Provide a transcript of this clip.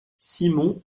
simon